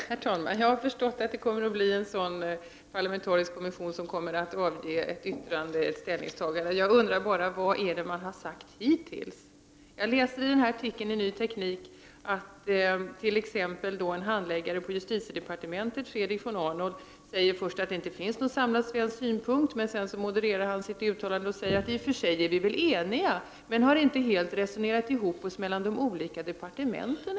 Herr talman! Jag har förstått att det blir en parlamentarisk kommission, som kommer att avge ett yttrande. Jag undrar bara vad det är man sagt hittills. Jag läser i den här artikeln i Ny Teknik t.ex. att en handläggare på justitiedepartementet, Fredrik von Arnold, först säger att det inte finns någon samlad svensk synpunkt men sedan modererar sitt uttalande till att man i och för sig är enig men ännu inte helt har resonerat ihop sig inom de olika departementen.